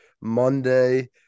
Monday